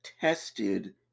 tested